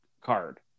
card